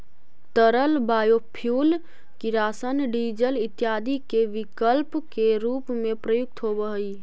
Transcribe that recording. तरल बायोफ्यूल किरासन, डीजल इत्यादि के विकल्प के रूप में प्रयुक्त होवऽ हई